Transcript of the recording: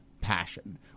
passion